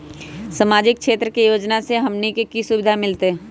सामाजिक क्षेत्र के योजना से हमनी के की सुविधा मिलतै?